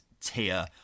tier